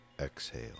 exhale